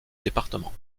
département